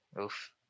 Oof